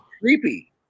creepy